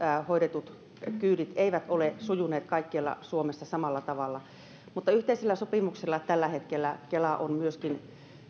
hoidetut kyydit eivät ole sujuneet kaikkialla suomessa samalla tavalla mutta yhteisellä sopimuksella tällä hetkellä kela on myöskin